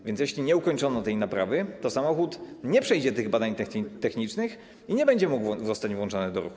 A więc jeśli nie ukończono tej naprawy, to samochód nie przejdzie tych badań technicznych i nie będzie mógł zostać włączony do ruchu.